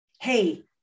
hey